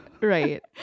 right